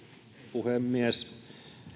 puhemies